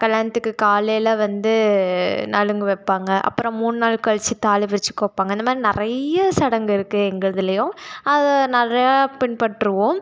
கல்யாணத்துக்கு காலையில் வந்து நலுங்கு வைப்பாங்க அப்புறம் மூணு நாள் கழிச்சி தாலிப் பிரிச்சிக் கோர்ப்பாங்க அந்த மாதிரி நிறைய சடங்கு இருக்குது எங்களுதுலையும் அதை நிறையா பின்பற்றுவோம்